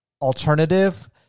alternative